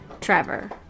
Trevor